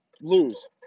lose